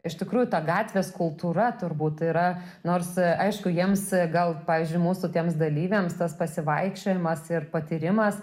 iš tikrųjų ta gatvės kultūra turbūt yra nors aišku jiems gal pavyzdžiui ir mūsų tiems dalyviams tas pasivaikščiojimas ir patyrimas